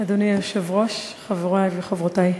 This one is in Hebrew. אדוני היושב-ראש, חברי וחברותי,